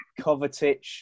Kovacic